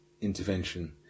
intervention